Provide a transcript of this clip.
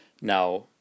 now